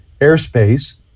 airspace